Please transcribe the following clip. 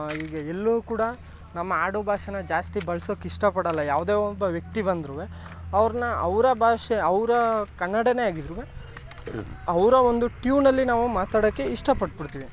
ಈಗ ಎಲ್ಲೂ ಕೂಡ ನಮ್ಮ ಆಡುಭಾಷೆನ ಜಾಸ್ತಿ ಬಳ್ಸೋಕೆ ಇಷ್ಟಪಡೋಲ್ಲ ಯಾವುದೇ ಒಬ್ಬ ವ್ಯಕ್ತಿ ಬಂದ್ರೂ ಅವ್ರನ್ನು ಅವರ ಭಾಷೆ ಅವರ ಕನ್ನಡವೇ ಆಗಿದ್ರೂ ಅವರ ಒಂದು ಟ್ಯೂನಲ್ಲಿ ನಾವು ಮಾತಾಡೋಕೆ ಇಷ್ಟ ಪಟ್ಬಿಡ್ತೀವಿ